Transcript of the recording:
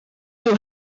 you